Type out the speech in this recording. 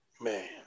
Man